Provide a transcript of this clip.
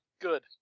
Good